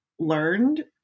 learned